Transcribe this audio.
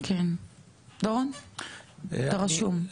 דורון אתה רשום.